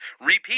Repeat